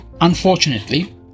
unfortunately